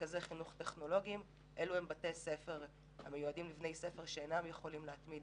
שאלה מרכזי חינוך טכנולוגיים שמיועדים לבני נוער שאינם יכולים להתמיד